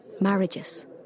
marriages